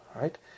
right